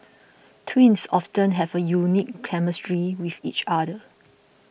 twins often have a unique chemistry with each other